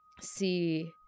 see